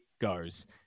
goes